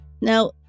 Now